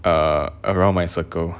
err around my circle